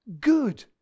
good